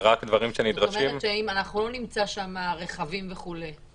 אנחנו לא נמצא שם רכבים וכולי.